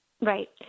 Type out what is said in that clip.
Right